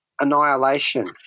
Annihilation